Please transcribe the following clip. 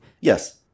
Yes